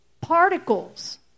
particles